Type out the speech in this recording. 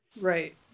Right